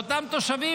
לאותם תושבים,